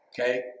okay